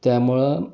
त्यामुळं